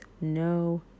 no